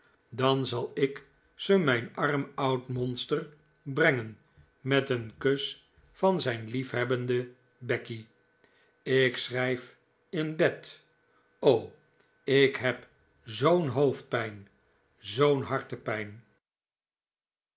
dan zal ik ze mijn arm oud monster brengen met een kus van zijn lief hebbende becky ik schrijf in bed o ik heb